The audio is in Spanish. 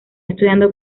estudiando